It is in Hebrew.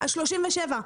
ה-37,